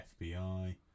FBI